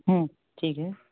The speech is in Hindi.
हूँ ठीक है